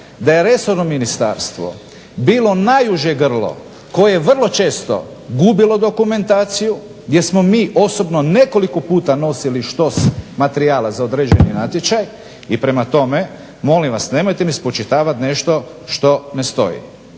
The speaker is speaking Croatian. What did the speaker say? da je resorno ministarstvo bilo najuže grlo koje je vrlo često gubilo dokumentaciju gdje smo mi osobno nekoliko puta nosili štos materijala za odrađeni natječaj i prema tome molim vas nemojte mi spočitavati nešto što ne stoji.